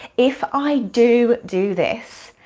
if i do do this,